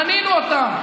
בנינו אותם,